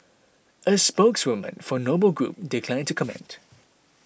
a spokeswoman for Noble Group declined to comment